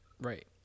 Right